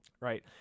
Right